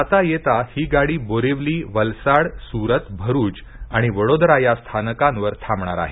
जाता येता ही गाडी बोरिवली वलसाड सूरत भरूच आणि वडोदरा या स्थानकांवर थांबणार आहे